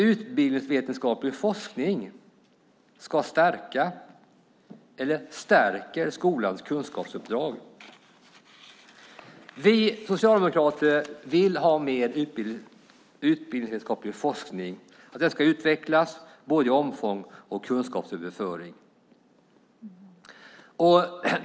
Utbildningsvetenskaplig forskning stärker skolans kunskapsuppdrag. Vi socialdemokrater vill ha mer utbildningsvetenskaplig forskning, att den ska utvecklas i både omfång och kunskapsöverföring.